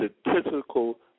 statistical